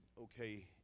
okay